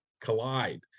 collide